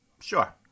Sure